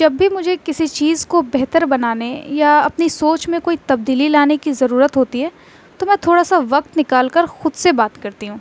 جب بھی مجھے کسی چیز کو بہتر بنانے یا اپنی سوچ میں کوئی تبدیلی لانے کی ضرورت ہوتی ہے تو میں تھوڑا سا وقت نکال کر خود سے بات کرتی ہوں